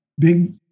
big